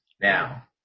now